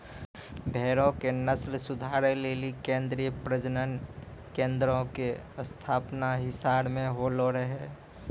भेड़ो के नस्ल सुधारै लेली केन्द्रीय प्रजनन केन्द्रो के स्थापना हिसार मे होलो रहै